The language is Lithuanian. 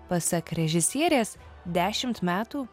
pasak režisierės dešimt metų